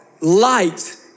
Light